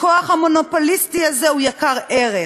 הכוח המונופוליסטי הזה הוא יקר ערך,